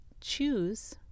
choose